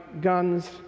guns